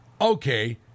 okay